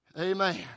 Amen